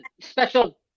special